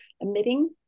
emitting